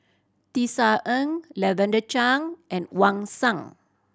Tisa Ng Lavender Chang and Wang Sha